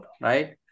right